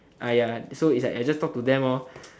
ah ya so it's like I just talk to them lor